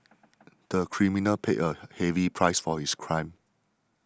the criminal paid a heavy price for his crime